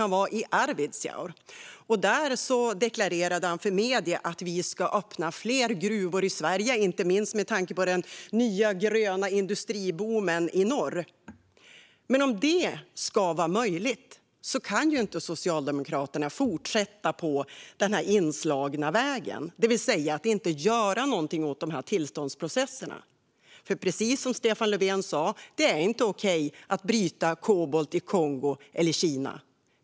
Han var i Arvidsjaur, och där deklarerade han för medierna att vi ska öppna fler gruvor i Sverige, inte minst med tanke på den nya gröna industriboomen i norr. Men om det ska vara möjligt kan ju inte Socialdemokraterna fortsätta på den här inslagna vägen, det vill säga att inte göra något åt tillståndsprocesserna. För precis som Stefan Löfven sa: Det är inte okej att bryta kobolt i Kongo eller Kina.